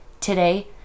Today